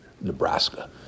Nebraska